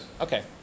Okay